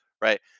Right